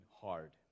hard